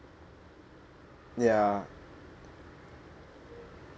ya